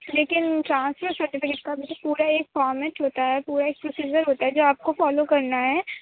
لیکن transfer certificate کا بھی پورا ایک فارمیٹ ہوتا ہے پورا ایک پروسیزر ہوتا جو آپ کو فالو کرنا ہے